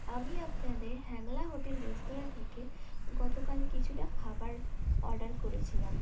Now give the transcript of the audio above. আমি আপনাদের হ্যাংলা হোটেল রেস্তোরাঁ থেকে গতকাল কিছুটা খাবার অর্ডার করেছিলাম